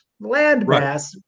landmass